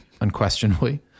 unquestionably